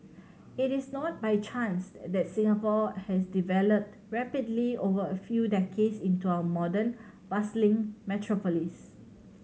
it is not by chance that Singapore has developed rapidly over a few decades into our modern bustling metropolis